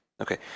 Okay